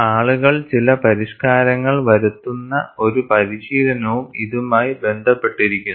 ആളുകൾ ചില പരിഷ്കാരങ്ങൾ വരുത്തുന്ന ഒരു പരിശീലനവും ഇതുമായി ബന്ധപ്പെട്ടിരിക്കുന്നു